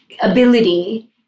ability